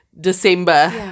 December